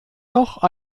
noch